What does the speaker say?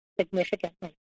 significantly